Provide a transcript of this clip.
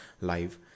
live